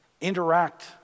interact